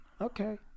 okay